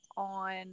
On